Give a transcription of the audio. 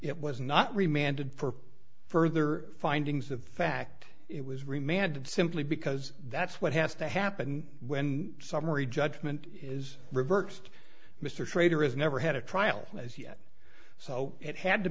it was not remained and for further findings of fact it was remanded simply because that's what has to happen when summary judgment is reversed mr schrader is never had a trial as yet so it had to